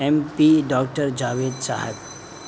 M P doctor Javed Sahib